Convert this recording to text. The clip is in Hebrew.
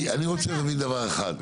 אני רוצה להבין דבר אחד.